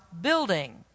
building